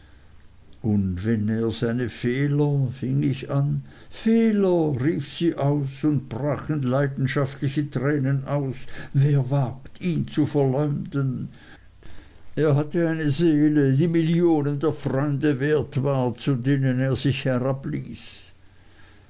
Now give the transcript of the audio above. und wenn seine fehler fing ich an fehler rief sie aus und brach in leidenschaftliche tränen aus wer wagt ihn zu verleumden er hatte eine seele die millionen der freunde wert war zu denen er sich